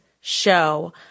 Show